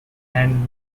and